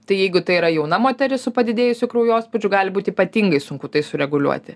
tai jeigu tai yra jauna moteris su padidėjusiu kraujospūdžiu gali būti ypatingai sunku tai sureguliuoti